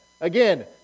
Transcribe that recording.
Again